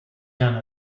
done